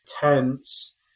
tense